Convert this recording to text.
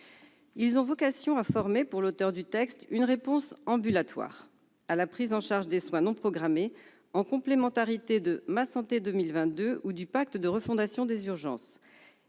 ont vocation à former une « réponse ambulatoire » à la prise en charge des soins non programmés, en complémentarité de Ma santé 2022 ou du pacte de refondation des urgences